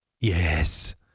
Yes